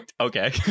Okay